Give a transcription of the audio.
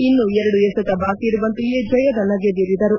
ಇನ್ನು ಎರಡು ಎಸೆತ ಬಾಕಿ ಇರುವಂತೆಯೇ ಜಯದ ನಗೆ ಬೀರಿದರು